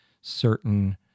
certain